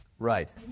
Right